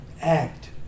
act